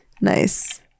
nice